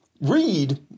read